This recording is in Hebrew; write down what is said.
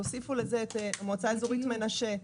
תוסיפו לזה את המועצה האזורית מנשה,